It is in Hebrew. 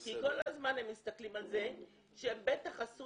כי כל הזמן הם מסתכלים על זה שבטח הם עשו